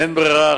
אין ברירה.